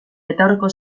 betaurreko